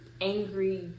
angry